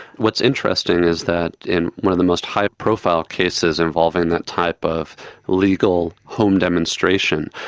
what's interesting is that in one of the most high profile cases involving that type of legal home demonstration,